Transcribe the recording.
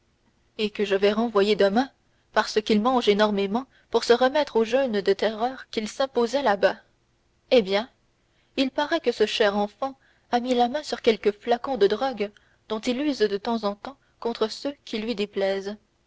et que je vais renvoyer demain parce qu'il mange énormément pour se remettre du jeûne de terreur qu'il s'imposait là-bas eh bien il parait que ce cher enfant a mis la main sur quelque flacon de drogue dont il use de temps en temps contre ceux qui lui déplaisent